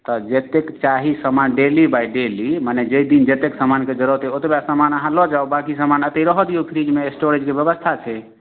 तऽ जतेक चाही समान डेली बाय डेली मने जहि दिन जतेक समानके जरुरत अइ ओतबा समान अहाँ लऽ जाउ बाँकी समान अतऽ रहऽ दियौ फ्रीजमे स्टोरेजके व्यवस्था छै